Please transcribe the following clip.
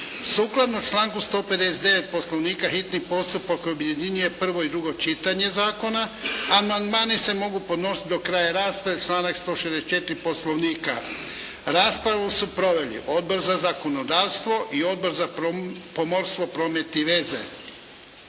Sukladno članku 159. Poslovnika, hitni postupak objedinjuje prvo i drugo čitanje zakona. Amandmani se mogu podnositi do kraja rasprave, članak 164. Poslovnika. Raspravu su proveli Odbor za zakonodavstvo i Odbor za pomorstvo, promet i veze.